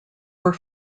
were